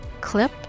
clip